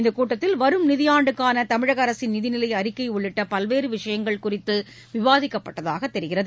இந்த கூட்டத்தில் வரும் நிதியாண்டுக்கான தமிழக அரசின் நிதி நிலை அறிக்கை உள்ளிட்ட பல்வேறு விஷயங்கள் குறித்து விவாதிக்கப்பட்டதாக தெரிகிறது